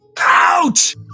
Ouch